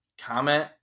comment